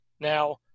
Now